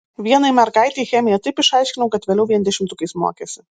vienai mergaitei chemiją taip išaiškinau kad vėliau vien dešimtukais mokėsi